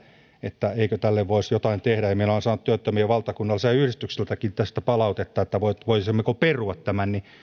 että eikö tälle voisi jotain tehdä ja minä olen saanut työttömien valtakunnalliselta yhdistykseltäkin palautetta että voisimmeko perua tämän